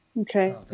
Okay